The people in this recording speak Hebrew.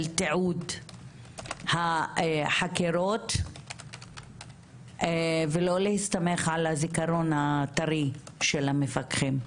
תיעוד החקירות ולא להסתמך על הזיכרון הטרי של המפקחים,